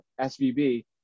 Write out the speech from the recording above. svb